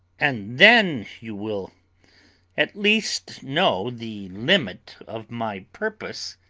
and then you will at least know the limit of my purpose.